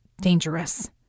dangerous